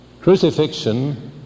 crucifixion